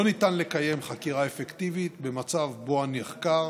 לא ניתן לקיים חקירה אפקטיבית במצב שבו הנחקר